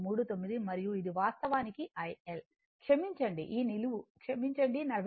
39 మరియు ఇది వాస్తవానికి IL క్షమించండి ఈ నిలువు క్షమించండి 43